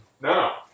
No